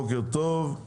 בוקר טוב.